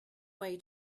way